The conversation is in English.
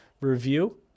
review